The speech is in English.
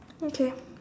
okay